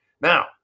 Now